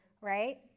right